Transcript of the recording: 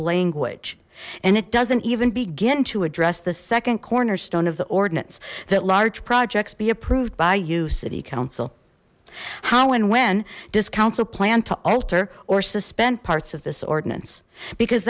language and it doesn't even begin to address the second cornerstone of the ordinance that large projects be approved by you city council how and when does council plan to alter or suspend parts of this ordinance because